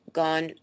gone